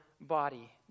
body